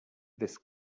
this